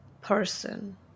person